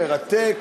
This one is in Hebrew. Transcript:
מרתק,